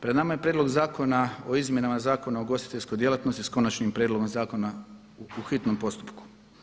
Pred nama je Prijedlog zakona o izmjenama Zakona o ugostiteljskoj djelatnosti s konačnim prijedlogom zakona u hitnom postupku.